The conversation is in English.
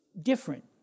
different